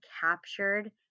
captured